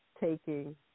taking